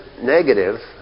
negative